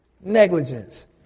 Negligence